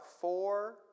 four